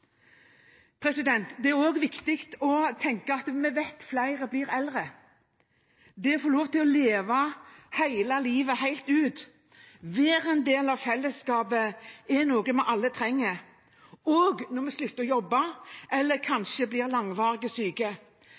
Det er også viktig å tenke på at flere blir eldre. Det å få lov til å leve hele livet helt ut, være en del av fellesskapet, er noe vi alle trenger, også når vi slutter å jobbe eller kanskje blir langvarig syke.